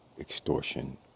extortion